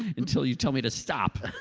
until you tell me to stop.